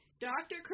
Dr